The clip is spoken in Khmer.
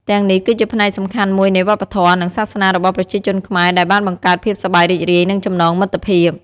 ទាំងនេះគឺជាផ្នែកសំខាន់មួយនៃវប្បធម៌ និងសាសនារបស់ប្រជាជនខ្មែរ ដែលបានបង្កើតភាពសប្បាយរីករាយ និងចំណងមិត្តភាព។